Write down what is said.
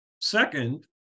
second